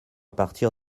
partir